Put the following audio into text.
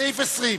סעיף 20,